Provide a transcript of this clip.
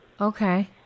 Okay